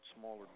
smaller